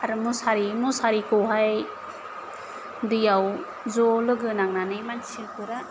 आरो मुसारि मुसारिखौहाय दैयाव ज' लोगो नांनानै मानसिफोरा